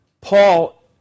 Paul